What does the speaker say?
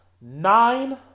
nine